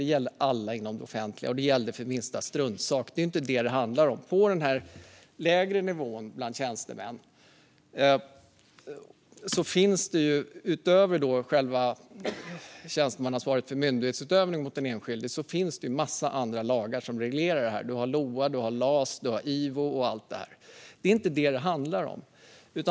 Det gällde alla inom det offentliga, och det gällde för minsta struntsak. Det är ju inte detta det handlar om nu. På den lägre tjänstemannanivån finns, utöver tjänstemannaansvaret vid myndighetsutövning mot den enskilde, en massa lagar som reglerar detta: LOA, LAS, IVO och sådant. Det är inte detta det handlar om.